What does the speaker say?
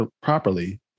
properly